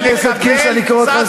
אבל הם לא שומרים על החובה שלהם למדינה.